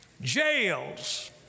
jails